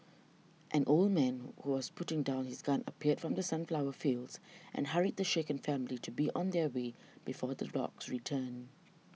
an old man who was putting down his gun appeared from the sunflower fields and hurried the shaken family to be on their way before the dogs return